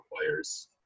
requires